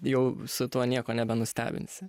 jau su tuo nieko nebenustebinsi